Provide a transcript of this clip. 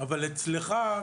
אבל אצלך,